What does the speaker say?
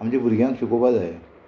आमच्या भुरग्यांक शिकोवपा जाय